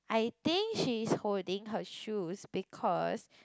I think she is holding her shoes because